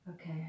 Okay